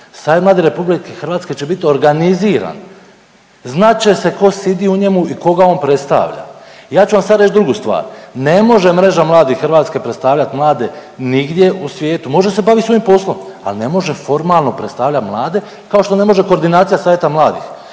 Savjet mladih RH će biti organiziran. Znat će se tko sidi u njemu i koga on predstavlja. Ja ću vam sad reć drugu stvar, ne može Mreža mladih Hrvatske predstavljati nigdje u svijetu, može se bavit svojim poslom, ali ne može formalno predstavljati mlade kao što ne može Koordinacija savjeta mladih